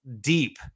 deep